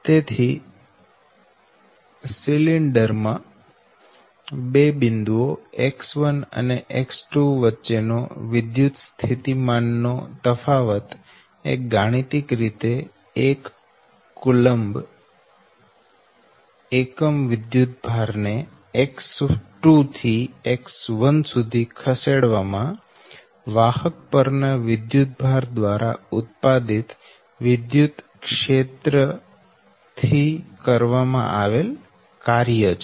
તેથી સિલિન્ડર માં બિંદુઓ X1 અને X2 વચ્ચે નો વિદ્યુત સ્થિતિમાન નો તફાવત એ ગાણિતિક રીતે 1 કુલંબ એકમ વિદ્યુતભાર ને X2 થી X1 સુધી ખસેડવામાં વાહક પરના વિદ્યુતભાર દ્વારા ઉત્પાદિત વિદ્યુતક્ષેત્ર થી કરવામાં આવેલ કાર્ય છે